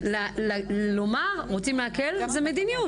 זה לומר, רוצים להקל, זאת מדיניות.